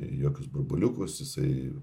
į jokius burbuliukus jisai